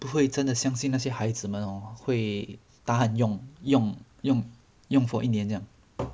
不会真的相信那些孩子们 hor 会 tahan 用用用用 for 一年这样